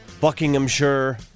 Buckinghamshire